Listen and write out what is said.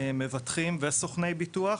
מבטחים וסוכני ביטוח,